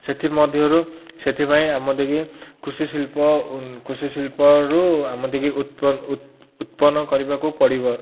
ସେଥିମଧ୍ୟରୁ ସେଥିପାଇଁ ଆମ ଦେକି କୃଷି ଶିଳ୍ପ କୃଷି ଶିଳ୍ପରୁ ଆମ ଦେକି ଉତ୍ପନ୍ନ କରିବାକୁ ପଡ଼ିବ